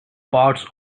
parts